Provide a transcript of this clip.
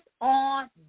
on